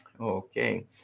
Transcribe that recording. Okay